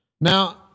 Now